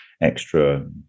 extra